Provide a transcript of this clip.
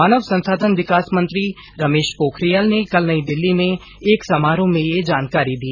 मानव संसाधन विकास मंत्री रमेश पोखरियाल ने कल नई दिल्ली में एक समारोह में ये जानकारी दी